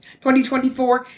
2024